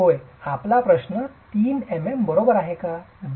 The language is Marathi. होय आपला प्रश्न 3 mm बरोबर का आहे